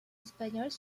espagnols